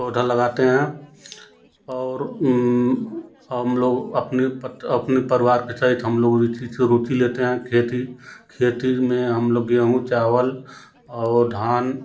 पौधा लगाते हैं और हम लोग अपनी पत अपनी परिवार के चहित हम लोग इची चे रुचि लेते है खेती खेती में हम लोग गेहूँ चावल और धान